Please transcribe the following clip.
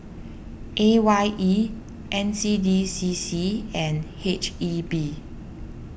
A Y E N C D C C and H E B